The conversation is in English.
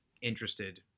interested